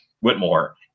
Whitmore